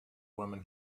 woman